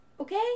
okay